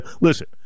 Listen